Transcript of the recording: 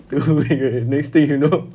too weak next thing you know